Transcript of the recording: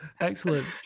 Excellent